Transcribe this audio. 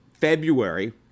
February